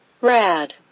Rad